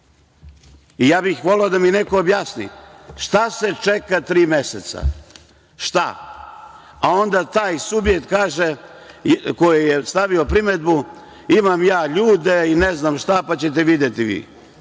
bih da mi neko objasni šta se čeka tri meseca? Šta? A onda taj subjekt koji je stavio primedbu, kaže – imam ja ljude i ne znam šta, pa ćete videti vi.